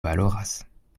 valoras